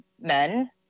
men